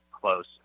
close